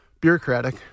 bureaucratic